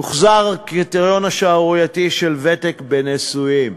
הוחזר הקריטריון השערורייתי של ותק בנישואים.